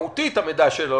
מהותית המידע שלו,